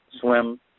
swim